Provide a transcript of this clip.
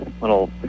little